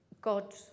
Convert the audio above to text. God